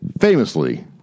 Famously